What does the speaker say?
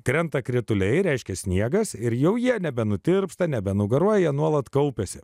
krenta krituliai reiškia sniegas ir jau jie nebe nutirpsta nebe nugaruoja nuolat kaupiasi